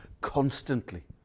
constantly